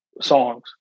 songs